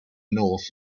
north